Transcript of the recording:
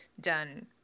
done